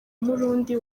murundi